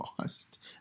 lost